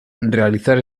realizar